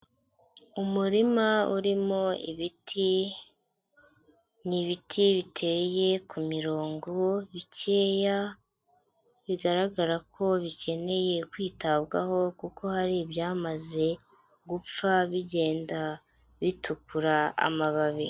Umurima urimo ibiti, ni ibiti biteye ku mirongo bikeya, bigaragara ko bikeneye kwitabwaho kuko hari ibyamaze gupfa bigenda bitukura amababi.